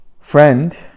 Friend